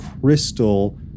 crystal